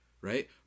right